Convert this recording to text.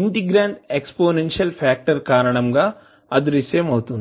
integrand exponential factor కారణంగా అదృశ్యమవుతుంది